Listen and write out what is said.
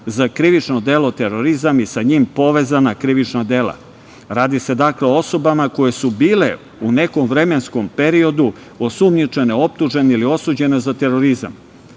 za krivično delo terorizam i sa njim povezana krivična dela. Radi se, dakle, o osobama koje su bile u nekom vremenskom periodu osumnjičene, optužene ili osuđene za terorizam.